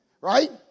Right